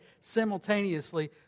simultaneously